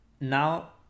Now